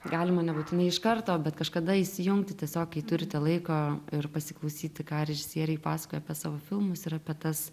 galima nebūtinai iš karto bet kažkada įsijungti tiesiog kai turite laiko ir pasiklausyti ką režisieriai pasakoja apie savo filmus ir apie tas